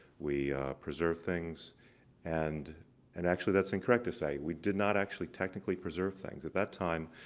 we preserved things and and actually that's incorrect to say. we did not actually technically preserve things. at that time,